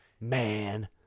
Man